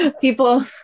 People